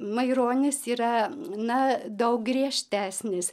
maironis yra na daug griežtesnis